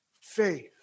faith